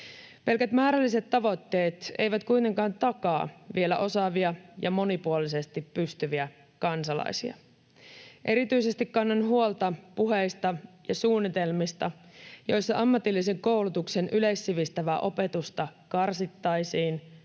Pelkät määrälliset tavoitteet eivät kuitenkaan vielä takaa osaavia ja monipuolisesti pystyviä kansalaisia. Erityisesti kannan huolta puheista ja suunnitelmista, joissa ammatillisen koulutuksen yleissivistävää opetusta karsittaisiin